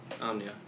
Omnia